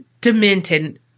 Demented